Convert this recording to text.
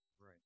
right